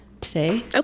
today